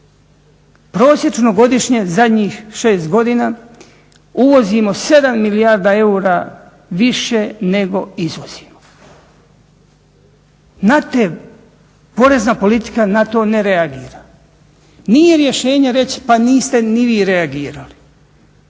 Prosječno godišnje zadnjih 6 godina uvozimo 7 milijardi eura više nego izvozimo. Porezna politika ne to ne reagira. Nije rješenje reći pa niste ni vi reagirali,